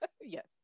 yes